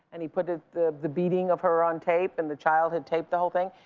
and he put ah the the beating of her on tape and the child had taped the whole thing,